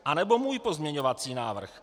Anebo můj pozměňovací návrh.